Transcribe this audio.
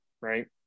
Right